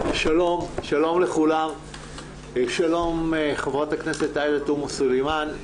שלום, שלום חברת הכנסת עאידה תומא סלימאן.